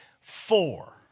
four